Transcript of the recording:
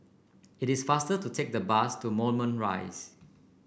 it is faster to take the bus to Moulmein Rise